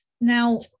now